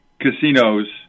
casinos